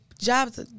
jobs